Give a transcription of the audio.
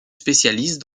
spécialise